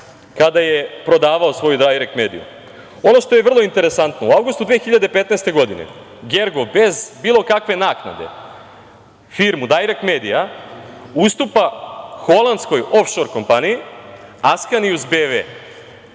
kada je prodavao svoju „Dajrekt mediju“.Ono što je vrlo interesantno, u avgustu 2015. godine, Gergov, bez bilo kakve naknade, firmu „Dajrekt medija“ ustupa holandskoj ofšor kompaniji „Askanijus BV“,